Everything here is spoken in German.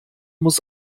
muss